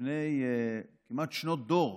לפני כמעט שנות דור.